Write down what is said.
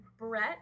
Brett